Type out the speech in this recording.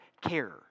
care